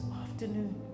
afternoon